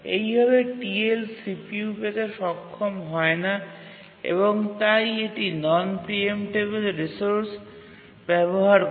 এইভাবে TL CPU পেতে সক্ষম হয় না এবং তাই এটি নন প্রিএমটেবিল রিসোর্স ব্যবহার করে